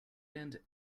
end